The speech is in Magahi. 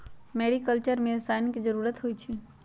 मेरिकलचर में रसायन के जरूरत होई छई